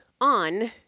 on